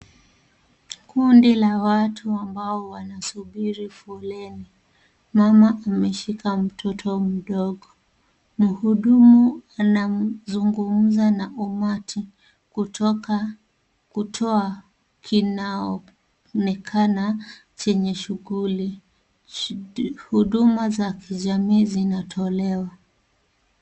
Kundi la watu ambao wanasubiri foleni. Mama ameshika mtoto mdogo. Mhudumu anazungumza na umati kutoa kinaoonekana chenye shughuli. Huduma za kijamii zinatolewa.